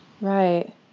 Right